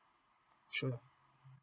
sure